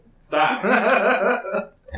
Stop